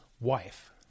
wife